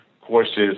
courses